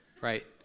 right